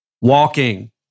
walking